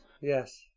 yes